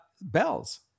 Bells